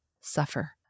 suffer